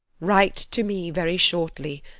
write to me very shortly,